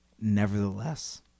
nevertheless